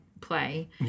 play